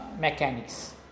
mechanics